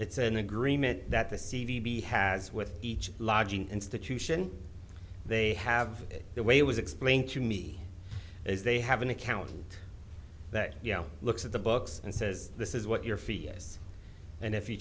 it's an agreement that the c b has with each lodging institution they have the way it was explained to me as they have an account that you know looks at the books and says this is what your fee is and if you